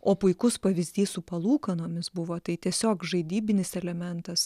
o puikus pavyzdys su palūkanomis buvo tai tiesiog žaidybinis elementas